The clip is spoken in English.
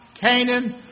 Canaan